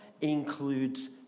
includes